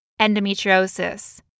endometriosis